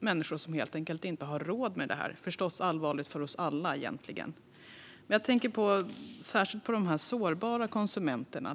människor som helt enkelt inte har råd med det. Egentligen är det förstås allvarligt för oss alla. Jag tänker särskilt på de sårbara konsumenterna.